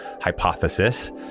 hypothesis